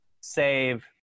save